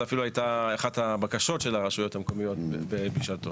זו הייתה אפילו אחת הבקשות של הרשויות המקומיות בשעתו.